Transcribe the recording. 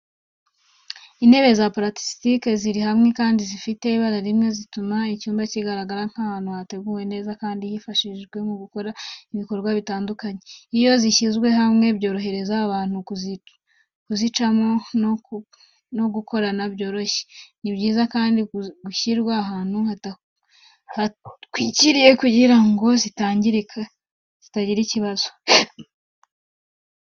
Intebe za purasitike ziri hamwe kandi zifite ibara rimwe, zituma icyumba kigaragara nk'ahantu hateguwe neza kandi hifashishwa mu gukora ibikorwa bitandukanye. Iyo zishyizwe hamwe byorohereza abantu kuzicamo no gukorana byoroshye. Ni byiza kandi gushyirwa ahantu hatwikiriye kugira ngo zitagira ikibazo.